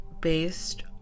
based